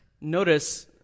Notice